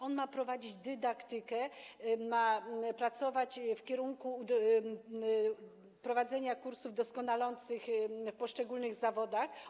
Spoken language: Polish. Ono ma prowadzić dydaktykę, ma pracować w kierunku prowadzenia kursów doskonalących w poszczególnych zawodach.